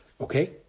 okay